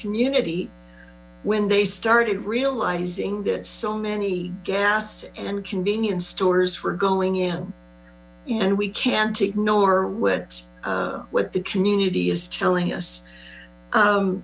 community when they started realizing that so many gas and convenience stores were going in and we can't ignore what what the community is telling us